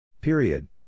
Period